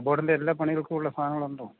കബോഡിൻ്റെ എല്ലാ പണികൾക്കുമുള്ള സാധനങ്ങളുണ്ടോ